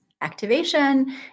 activation